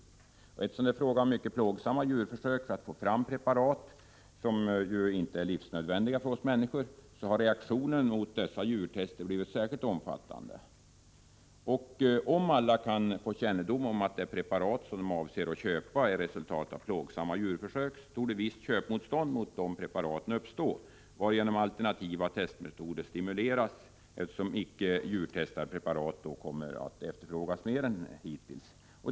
Eftersom det är fråga om mycket plågsamma djurförsök för att få fram dessa preparat, som inte på något sätt är livsnödvändiga för oss människor, har reaktionen mot dessa djurtester blivit särskilt omfattande. Om alla kan få kännedom om att det preparat de avser att köpa är resultatet av plågsamma djurförsök torde visst köpmotstånd mot dessa preparat uppstå, varigenom alternativa testmetoder stimuleras, eftersom icke djurtestade preparat då kommer att efterfrågas mer än hittills.